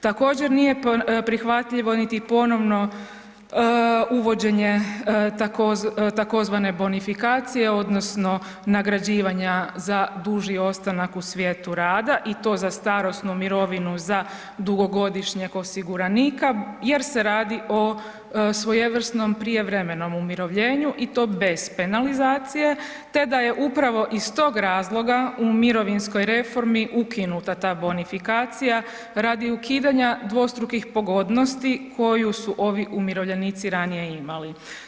Također nije prihvatljivo niti ponovno uvođenje tzv. bonifikacije odnosno nagrađivanja za duži ostanak u svijetu rada i to za starosnu mirovinu za dugogodišnjeg osiguranika jer se radi o svojevrsnom prijevremenom umirovljenu i to bez penalizacije te da je upravo iz tog razloga u mirovinskoj reformi ukinuta ta bonifikacija radi ukidanja dvostrukih pogodnosti koju su ovi umirovljenici ranije imali.